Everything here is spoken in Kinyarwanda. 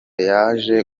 yaje